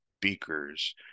beakers